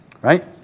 right